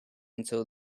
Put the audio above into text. until